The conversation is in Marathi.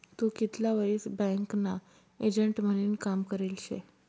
तू कितला वरीस बँकना एजंट म्हनीन काम करेल शे?